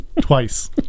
twice